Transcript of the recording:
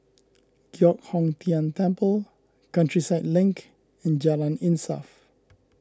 Giok Hong Tian Temple Countryside Link and Jalan Insaf